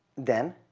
then,